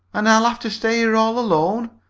and i'll have to stay here all alone?